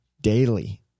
daily